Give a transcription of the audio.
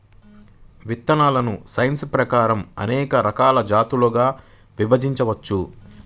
విత్తనాలను సైన్స్ ప్రకారం అనేక రకాల జాతులుగా విభజించారు